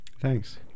Thanks